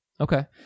Okay